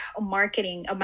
marketing